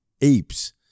apes